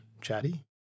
chatty